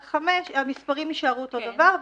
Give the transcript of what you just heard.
המספרים יישארו אותו דבר,